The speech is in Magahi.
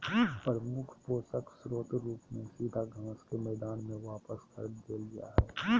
प्रमुख पोषक स्रोत रूप में सीधा घास के मैदान में वापस कर देल जा हइ